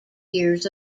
years